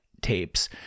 tapes